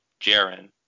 Jaren